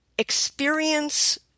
experience